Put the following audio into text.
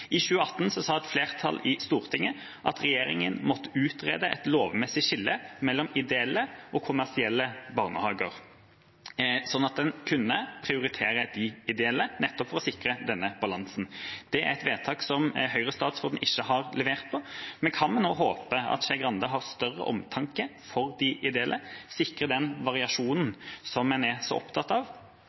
I 2018 sa et flertall i Stortinget at regjeringa måtte utrede et lovmessig skille mellom ideelle og kommersielle barnehager, slik at en kunne prioritere de ideelle, nettopp for å sikre denne balansen. Det er et vedtak som Høyre-statsråden ikke har levert på. Vi kan håpe at statsråd Skei Grande har større omtanke for de ideelle og sikrer variasjonen som en er så opptatt av,